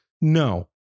No